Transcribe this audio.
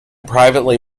privately